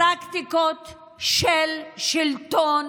פרקטיקות של שלטון,